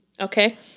Okay